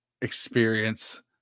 experience